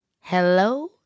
hello